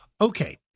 Okay